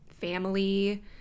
family